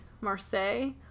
Marseille